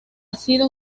sido